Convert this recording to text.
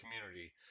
community